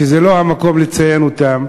וזה לא המקום לציין אותם.